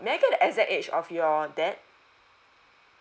may I know the exact age of your dad